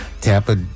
Tampa